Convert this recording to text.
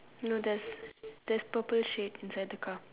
no there there is purple shape inside the car